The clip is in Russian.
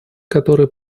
которые